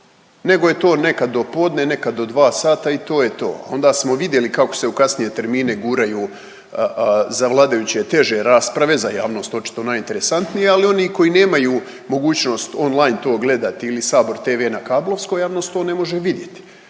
nego je to nekad do podne, nekad do 2 sata i to je to, onda smo vidjeli kako se u kasnije termine guraju za vladajuće teže rasprave, za javnost očito najinteresantnija, ali oni koji nemaju mogućnost online to gledati ili Sabor TV na kablovskoj, javnost to ne može vidjeti.